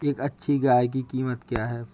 एक अच्छी गाय की कीमत क्या है?